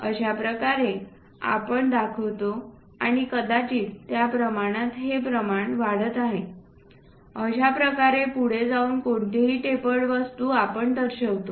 अशाप्रकारे आपण दाखवितो आणि कदाचित त्या प्रमाणात हे प्रमाण वाढत आहे अशाप्रकारे पुढे जाऊन कोणतीही टेपर वस्तू आपण दर्शवितो